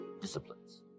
Disciplines